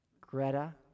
Greta